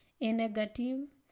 A-negative